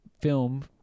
film